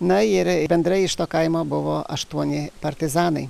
na ir bendrai iš to kaimo buvo aštuoni partizanai